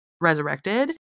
resurrected